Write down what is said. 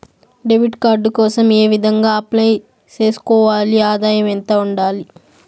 Debit card కోసం ఏ విధంగా అప్లై సేసుకోవాలి? ఆదాయం ఎంత ఉండాలి?